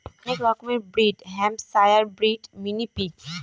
অনেক রকমের breed Hampshire breed, mini pig